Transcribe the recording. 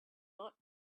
not